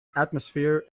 atmosphere